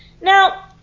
Now